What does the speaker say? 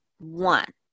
one